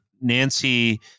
Nancy